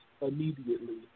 immediately